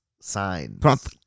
Signs